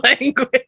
language